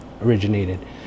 originated